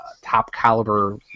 top-caliber